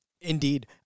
indeed